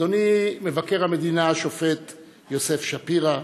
אדוני מבקר המדינה השופט יוסף שפירא,